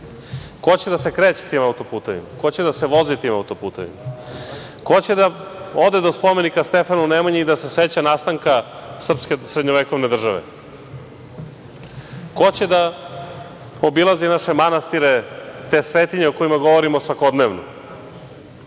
Ko će da se kreće tim auto-putevima? Ko će da se vozi tim auto-putevima? Ko će da ode do spomenika Stefanu Nemanji i da se seća nastanka srpske srednjovekovne države? Ko će da obilazi naše manastire, te svetinje o kojima govorimo svakodnevno?